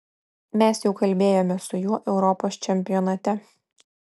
mes jau kalbėjome su juo europos čempionate